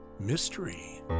mystery